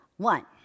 One